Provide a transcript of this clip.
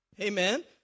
Amen